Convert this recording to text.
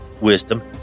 wisdom